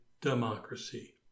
democracy